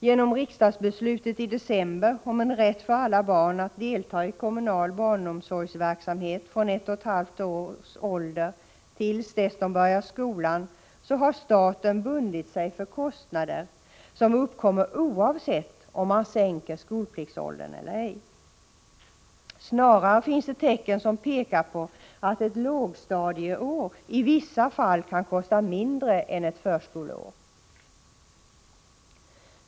Genom riksdagsbeslutet i december om en rätt för alla barn att delta i kommunal barnomsorgsverksamhet från ett och ett halvt års ålder till dess de börjar skolan har staten bundit sig för kostnader som uppkommer oavsett om man sänker skolpliktsåldern eller ej. Snarare finns det tecken som pekar på att ett ”lågstadieår” i vissa fall kan kosta mindre än ett ”förskoleår”.